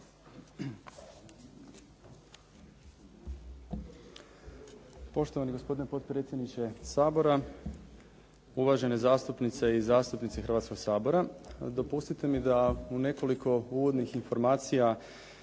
Poštovani gospodine potpredsjedniče Sabora, uvažene zastupnice i zastupnici Hrvatskoga sabora. Dopustite mi da u nekoliko uvodnih informacija